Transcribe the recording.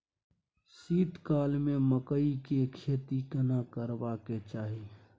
शीत काल में मकई के खेती केना करबा के चाही?